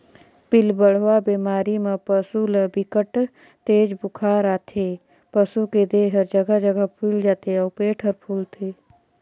पिलबढ़वा बेमारी म पसू ल बिकट तेज बुखार आथे, पसू के देह हर जघा जघा फुईल जाथे अउ पेट हर फूलथे